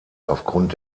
aufgrund